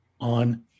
on